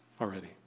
already